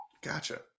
Gotcha